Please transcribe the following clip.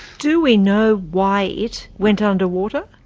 do we know why it went under water?